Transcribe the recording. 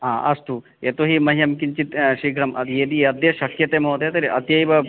हा अस्तु यतो हि मह्यं किञ्चित् शीघ्रं यदि अद्य शक्यते महोदय तर्हि अद्यैव